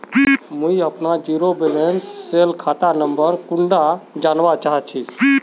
मुई अपना zero balance सेल खाता नंबर कुंडा जानवा चाहची?